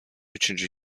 üçüncü